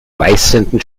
reißenden